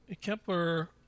Kepler